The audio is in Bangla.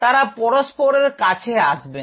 তারা পরস্পরের কাছে আসবে না